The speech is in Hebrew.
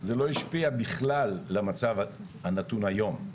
זה לא השפיע בכלל למצב הנתון היום.